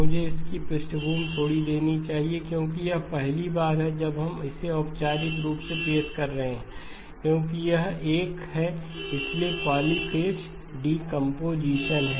मुझे इसकी पृष्ठभूमि थोड़ी देनी चाहिए क्योंकि यह पहली बार है जब हम इसे औपचारिक रूप से पेश कर रहे हैं क्योंकि यह एक है इसलिए पॉलीफ़ेज़ डीकंपोजीशन है